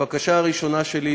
הבקשה הראשונה שלי,